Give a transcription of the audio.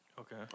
Okay